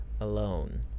alone